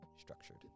structured